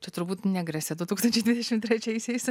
čia turbūt negresia du tūkstančiai dvidešimt trečiaisiais